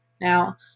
Now